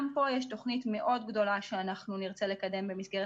גם פה יש תוכנית מאוד גדולה שאנחנו נרצה לקדם במסגרת